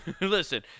listen